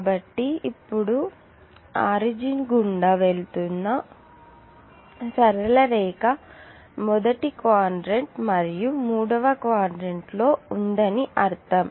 కాబట్టి ఇప్పుడు ఆరిజిన్ గుండా వెళుతున్న సరళ రేఖ మొదటి క్వాడ్రంట్ మరియు మూడవ క్వాడ్రంట్లో ఉందని అర్థం